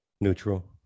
neutral